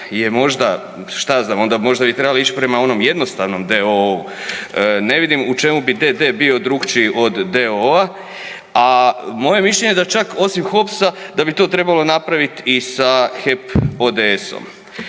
možda i trebali ić prema onom jednostavnom d.o.o.-u. Ne vidim u čemu bi d.d. bio drukčiji od d.o.o., a moje mišljenje je da čak osim HOPS-a da bi to trebalo napraviti i sa HEP ODS-om.